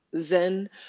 Zen